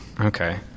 Okay